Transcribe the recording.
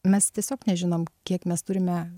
mes tiesiog nežinom kiek mes turime